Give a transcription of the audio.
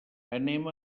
anem